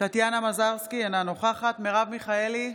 טטיאנה מזרסקי, אינה נוכחת מרב מיכאלי,